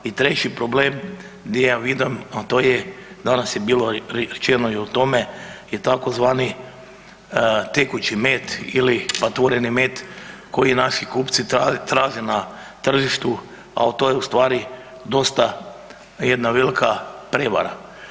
I treći problem di ja vidim, a to je danas je bilo rečeno i o tome je tzv. tekući med ili patvoreni med koji naši kupci traže na tržištu, a to je u stvari dosta jedna velka prevara.